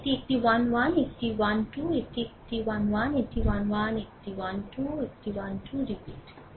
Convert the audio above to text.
এটি একটি 1 1 একটি 1 2 এটি একটি 1 1 এটি 1 1 একটি 1 2 একটি 1 2 পুনরাবৃত্তি